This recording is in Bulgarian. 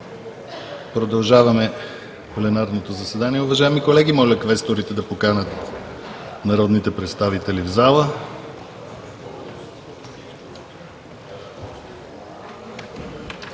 Продължаваме пленарното заседание, уважаеми колеги. Моля квесторите да поканят народните представители в залата.